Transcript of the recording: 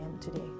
today